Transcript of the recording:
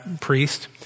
priest